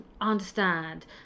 understand